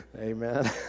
Amen